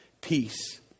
peace